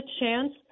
chance